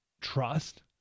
trust